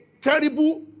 terrible